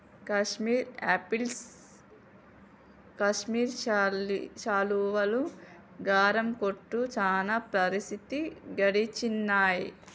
Kashmir apples Kashmir శాలువాలు, గరం కోట్లు చానా ప్రసిద్ధి గడించినాయ్